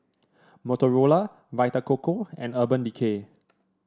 Motorola Vita Coco and Urban Decay